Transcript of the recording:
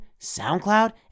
SoundCloud